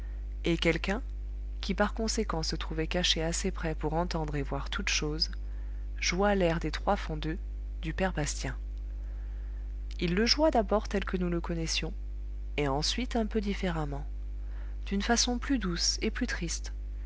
et quelqu'un qui par conséquent se trouvait caché assez près pour entendre et voir toutes choses joua l'air des trois fendeux du père bastien il le joua d'abord tel que nous le connaissions et ensuite un peu différemment d'une façon plus douce et plus triste